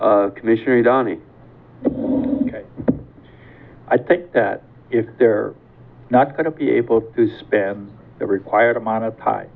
mmissioner donny i think that if they're not going to be able to spend the required amount of